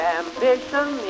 ambition